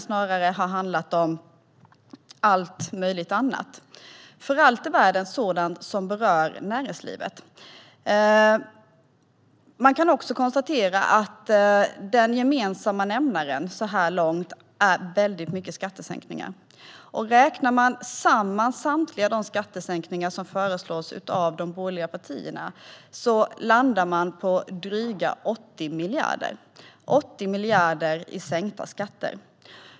Snarare har det handlat om allt möjligt annat, även om det för allt i världen är sådant som berör näringslivet. Den gemensamma nämnaren så här långt är skattesänkningar. Räknar man ihop samtliga skattesänkningar som de borgerliga partierna föreslår landar man på drygt 80 miljarder.